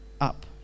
up